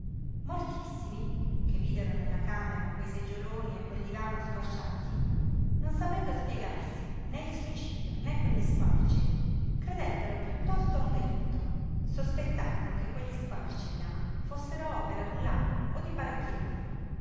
moltissimi che videro nella camera quei seggioloni e quel divano squarciati non sapendo spiegarsi né il suicidio né quegli squarci credettero piuttosto a un delitto sospettarono che quegli squarci là fossero opera d'un ladro o di parecchi ladri